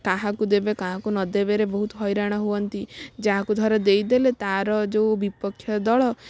କାହାକୁ ଦେବେ କାହାକୁ ନଦେବେରେ ବହୁତ ହଇରାଣ ହୁଅନ୍ତି ଯାହାକୁ ଧର ଦେଇଦେଲେ ତାର ଯେଉଁ ଵିପକ୍ଷ ଦଳ